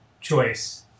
choice